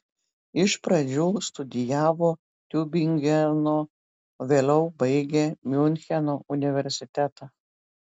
iš pradžių studijavo tiubingeno vėliau baigė miuncheno universitetą